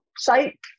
site